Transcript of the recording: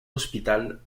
hospital